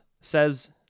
says